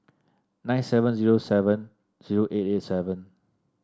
nine seven zero seven zero eight eight seven